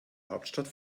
hauptstadt